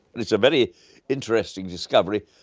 it's a very interesting discovery,